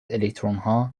الکترونها